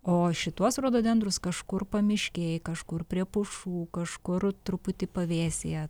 o šituos rododendrus kažkur pamiškėj kažkur prie pušų kažkur truputį pavėsyje